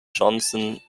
johnson